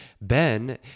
Ben